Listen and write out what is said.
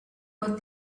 what